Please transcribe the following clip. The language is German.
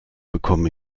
bekomme